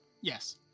Yes